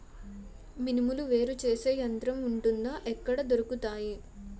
మినుములు వేరు చేసే యంత్రం వుంటుందా? ఎక్కడ దొరుకుతాయి?